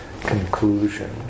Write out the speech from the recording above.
conclusion